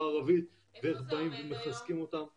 הערבית ואיך באים ומחזקים אותם --- נתנאל,